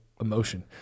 emotion